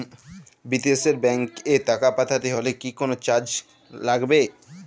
বিদেশের ব্যাংক এ টাকা পাঠাতে হলে কি কোনো চার্জ লাগবে?